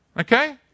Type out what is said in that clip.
Okay